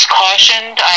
cautioned